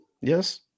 Yes